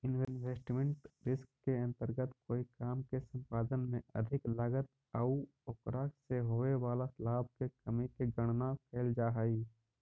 investment risk के अंतर्गत कोई काम के संपादन में अधिक लागत आउ ओकरा से होवे वाला लाभ के कमी के गणना कैल जा हई